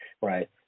right